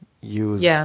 use